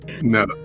No